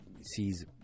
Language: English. sees